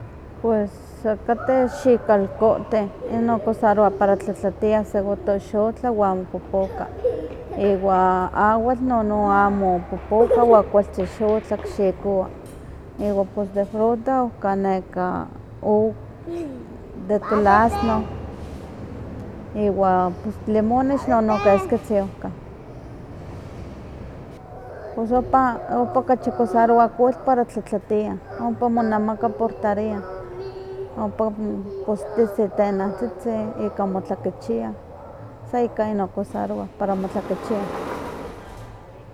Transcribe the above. Pues okateh xikalkohteh, inon okusarowa para tlatlatiah, segun ktowa xotla wan amo popoka, iwan awatl nono amo popoka iwa kualtzin xotla kixikowa. Iwa pues de fruta oka de tulazno, iwa pus limonex keskitzi ohkah. Pos oma kachi kusarowa kowitl para tlatlatiah, ompa monemaka por tarea, ompa kostih si tenantzitzin ika motlakechiah, sa ika inon kosarowan para motlakechiah.